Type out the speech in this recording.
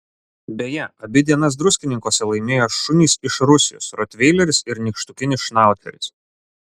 beje abi dienas druskininkuose laimėjo šunys iš rusijos rotveileris ir nykštukinis šnauceris